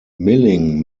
milling